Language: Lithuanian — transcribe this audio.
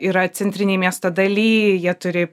yra centrinėj miesto daly jie turi